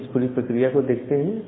आइए इस पूरी प्रक्रिया को देखते हैं